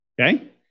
Okay